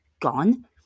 gone